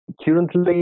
Currently